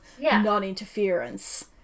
non-interference